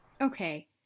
Okay